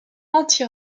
anti